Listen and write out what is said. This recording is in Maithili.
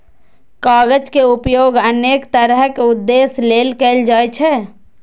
कागज के उपयोग अनेक तरहक उद्देश्य लेल कैल जाइ छै